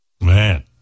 Man